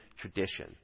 tradition